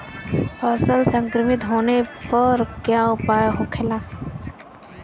फसल संक्रमित होने पर क्या उपाय होखेला?